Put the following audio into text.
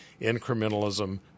Incrementalism